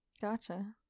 Gotcha